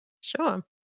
Sure